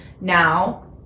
now